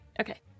Okay